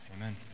Amen